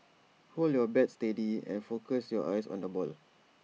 hold your bat steady and focus your eyes on the ball